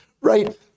Right